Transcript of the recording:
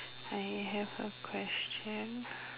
I have a question